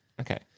Okay